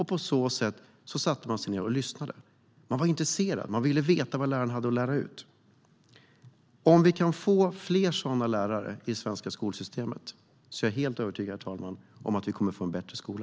På så sätt satte man sig ned och lyssnade. Man var intresserad, man ville veta vad läraren hade att lära ut. Om vi kan få fler sådana lärare i det svenska skolsystemet är jag, herr talman, helt övertygad om att vi kommer att få en bättre skola.